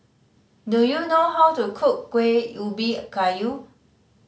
do you know how to cook Kuih Ubi Kayu